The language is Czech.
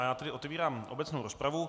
Já tedy otevírám obecnou rozpravu.